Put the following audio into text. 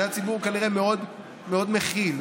זה היה ציבור כנראה מאוד מאוד מכיל,